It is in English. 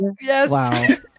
Yes